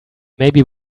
maybe